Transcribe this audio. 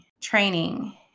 training